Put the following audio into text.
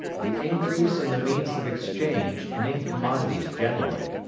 the increase in the means of exchange and in commodities generally,